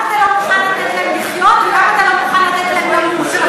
אתה גם לא מוכן לתת להם לחיות ואתה גם לא מוכן לתת להם למות.